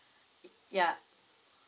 y~ ya